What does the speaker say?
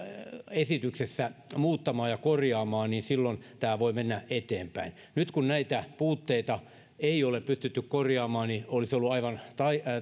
esityksessä muuttamaan ja korjaamaan silloin tämä voi mennä eteenpäin nyt kun näitä puutteita ei ole pystytty korjaamaan olisi ollut